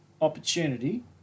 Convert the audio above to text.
opportunity